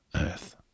earth